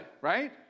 Right